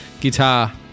guitar